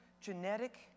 genetic